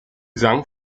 sang